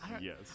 yes